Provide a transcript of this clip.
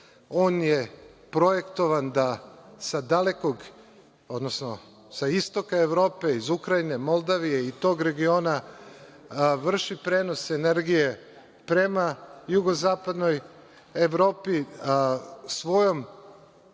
sa dalekog, odnosno sa istoka Evrope, iz Ukrajine, Moldavije i tog regiona vrši prenos energije prema jugozapadnoj Evropi. Svojim